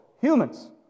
Humans